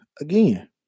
again